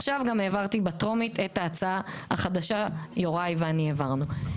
עכשיו גם העברתי בטרומית את ההצעה החדשה יוראי ואני העברנו.